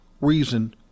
reason